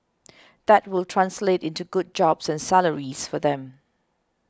that will translate into good jobs and salaries for them